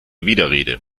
widerrede